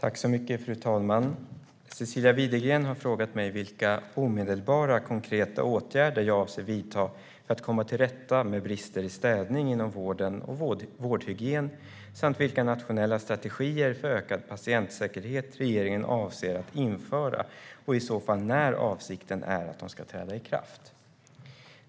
Fru talman! Cecilia Widegren har frågat mig vilka omedelbara konkreta åtgärder jag avser att vidta för att komma till rätta med brister i städning inom vården och vårdhygien samt vilka nationella strategier för ökad patientsäkerhet regeringen avser att införa, och i så fall när avsikten är att de ska träda i kraft.